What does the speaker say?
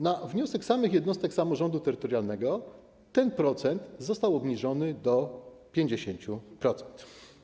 Na wniosek samych jednostek samorządu terytorialnego ten procent został obniżony do 50%.